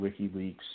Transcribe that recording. WikiLeaks